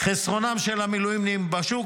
חסרונם של המילואימניקים בשוק,